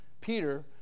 Peter